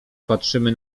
patrzymy